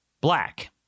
black